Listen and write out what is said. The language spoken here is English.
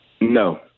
No